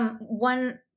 One